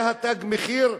זה ה"תג מחיר",